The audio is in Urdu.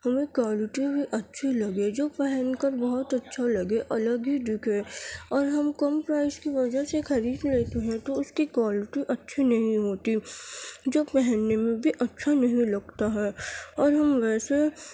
ہمیں کوالٹی بھی اچھی لگے جو پہن کر بہت اچھا لگے الگ ہی دکھے اور ہم کم پرائز کی وجہ سے خرید لیتے ہیں تو اس کی کوالٹی اچھی نہیں ہوتی جو پہننے میں بھی اچھا نہیں لگتا ہے اور ہم ویسے